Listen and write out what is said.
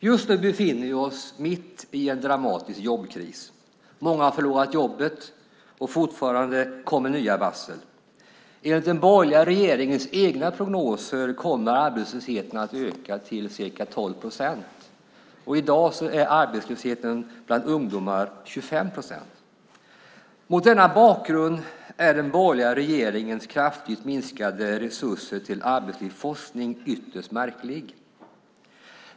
Just nu befinner vi oss mitt i en dramatisk jobbkris. Många har förlorat jobbet, och fortfarande kommer nya varsel. Enligt den borgerliga regeringens egna prognoser kommer arbetslösheten att öka till ca 12 procent, och i dag är arbetslösheten bland ungdomar 25 procent. Mot denna bakgrund är den borgerliga regeringens kraftigt minskade resurser till arbetslivsforskning ytterst märklig.